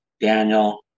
Daniel